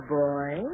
boy